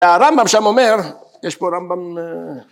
‫הרמב״ם שם אומר, יש פה רמב״ם...